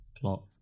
plot